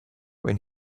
when